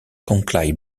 klondike